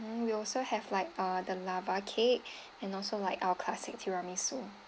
mm we also have like ah the lava cake and also like our classic tiramisu